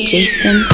Jason